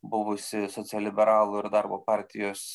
buvusį socialliberalų ir darbo partijos